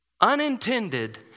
unintended